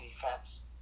defense